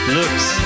looks